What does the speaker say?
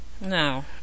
No